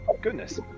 goodness